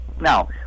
Now